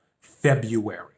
February